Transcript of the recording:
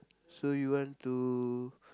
so you want to